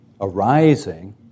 arising